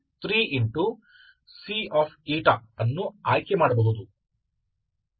C ಅನ್ನು ಆಯ್ಕೆ ಮಾಡಬಹುದು